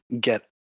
get